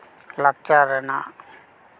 ᱞᱟᱠᱪᱟᱨ ᱨᱮᱱᱟᱜ